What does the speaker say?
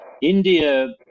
India